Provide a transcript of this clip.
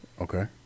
okay